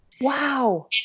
Wow